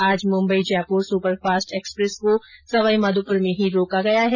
आज Mumbai Jaipur superfast express को सवाईमाधोपुर में ही रोका गया है